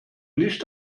nicht